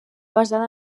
basada